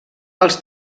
els